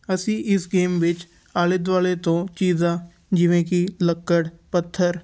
ਅਸੀਂ ਇਸ ਗੇਮ ਵਿੱਚ ਆਲੇ ਦੁਆਲੇ ਤੋਂ ਚੀਜ਼ਾਂ ਜਿਵੇਂ ਕਿ ਲੱਕੜ ਪੱਥਰ